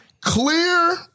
clear